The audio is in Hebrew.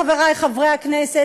חברי חברי הכנסת,